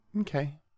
Okay